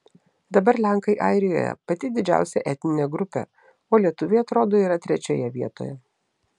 dabar lenkai airijoje pati didžiausia etninė grupė o lietuviai atrodo yra trečioje vietoje